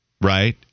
right